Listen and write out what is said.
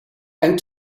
and